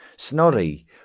Snorri